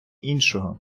іншого